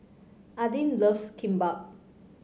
Aidyn loves Kimbap